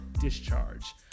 discharge